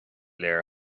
léir